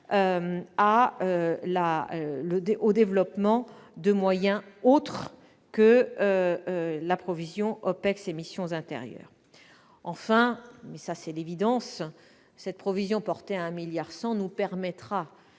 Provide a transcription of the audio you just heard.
au développement de moyens autres que la provision pour les OPEX et les missions intérieures. Enfin, c'est l'évidence, cette provision portée à 1,1 milliard d'euros nous permettra